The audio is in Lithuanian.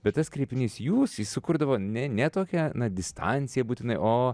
bet tas kreipinys jūs jis sukurdavo ne ne tokią na distanciją būtinai o